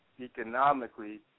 economically